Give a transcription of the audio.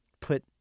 put